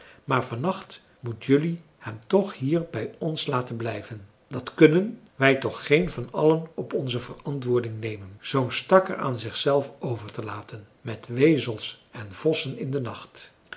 maar van nacht moet jelui hem toch hier bij ons laten blijven dat kunnen wij toch geen van allen op onze verantwoording nemen zoo'n stakker aan zichzelf over te laten met wezels en vossen in den nacht